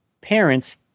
parents